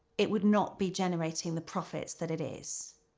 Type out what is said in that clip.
it would not be generating the profits that it is.